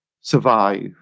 survive